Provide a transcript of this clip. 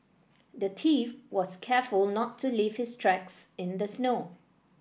the thief was careful to not to leave his tracks in the snow